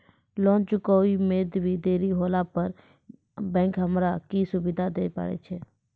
Loan चुकब इ मे देरी होला पर बैंक हमरा की सुविधा दिये पारे छै?